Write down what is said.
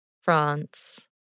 France